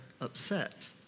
upset